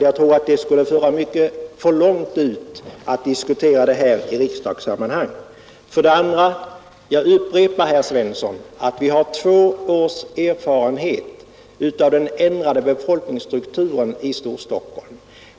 Jag tror det skulle föra för långt att diskutera detta i riksdagssammanhang. Vidare upprepar jag, herr Svensson, att vi har "vå års erfarenhet av den ändrade befolkningsstrukturen i Storstockholm.